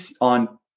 on